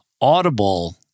Audible